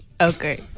Okay